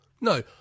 no